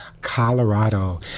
Colorado